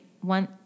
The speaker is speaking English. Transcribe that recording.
one